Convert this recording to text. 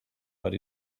but